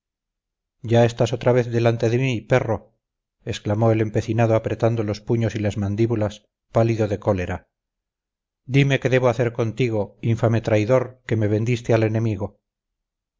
ya estás otra vez delante de mí perro exclamó el empecinado apretando los puños y las mandíbulas pálido de cólera dime qué debo hacer contigo infame traidor que me vendiste al enemigo